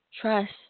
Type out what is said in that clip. trust